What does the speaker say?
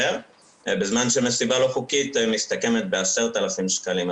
בזמן שמסיבה לא חוקית מסתכמת ב-10,000 שקלים.